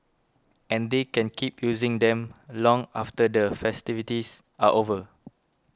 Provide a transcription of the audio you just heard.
and they can keep using them long after the festivities are over